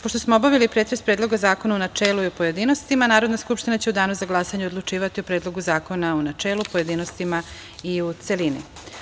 Pošto smo obavili pretres Predloga zakona u načelu i u pojedinostima, Narodna skupština će u danu za glasanje odlučivati o Predlogu zakona u načelu, pojedinostima i u celini.